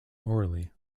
orally